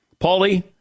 Paulie